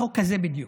חוק כזה בדיוק.